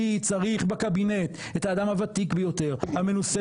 אני צריך בקבינט את האדם הוותיק ביותר והמנוסה